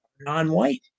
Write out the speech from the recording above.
non-white